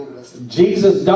Jesus